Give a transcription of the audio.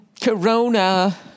Corona